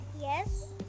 Yes